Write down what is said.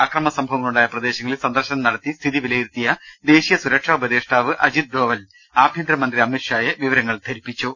അക്രമ സംഭവങ്ങ ളുണ്ടായ പ്രദേശങ്ങളിൽ സന്ദർശനം നടത്തി സ്ഥിതി വിലയിരുത്തിയ ദേശീയ സുരക്ഷാ ഉപദേഷ്ടാവ് അജിത് ഡോവൽ ആഭ്യന്തരമന്ത്രി അമിത്ഷായെ വിവരങ്ങൾ ധരിപ്പിച്ചു